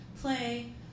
play